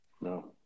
no